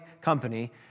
company